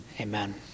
Amen